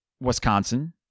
Wisconsin